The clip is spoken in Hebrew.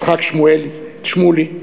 יצחק שמולי,